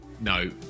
no